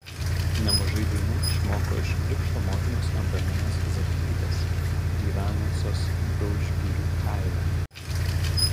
nemažai dainų išmoko iš krikšto motinos antaninos zakrytės gyvenusios daudžgirių kaime